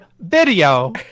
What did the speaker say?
video